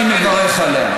עצה, אני מברך עליה.